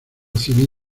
civil